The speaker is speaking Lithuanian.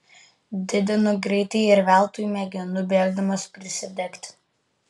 didinu greitį ir veltui mėginu bėgdamas prisidegti